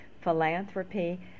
philanthropy